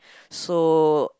so